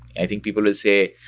i think people will say,